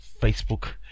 Facebook